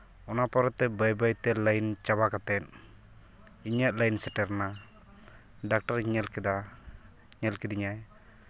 ᱚᱱᱟ ᱯᱚᱨᱮᱛᱮ ᱵᱟᱹᱭ ᱵᱟᱹᱭ ᱛᱮ ᱚᱱᱟ ᱞᱟᱭᱤᱱ ᱪᱟᱵᱟ ᱠᱟᱛᱮᱫ ᱤᱧᱟᱹᱜ ᱞᱟᱹᱭᱤᱱ ᱥᱮᱴᱮᱨᱱᱟ ᱰᱟᱠᱴᱚᱨᱮ ᱧᱮᱞ ᱠᱮᱫᱟ ᱧᱮᱞ ᱠᱤᱫᱤᱧᱟᱭ